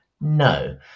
No